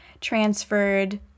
transferred